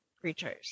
creatures